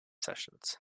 sessions